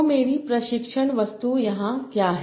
तो मेरी प्रशिक्षण वस्तु यहाँ क्या है